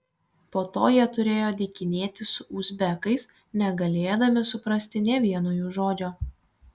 po to jie turėjo dykinėti su uzbekais negalėdami suprasti nė vieno jų žodžio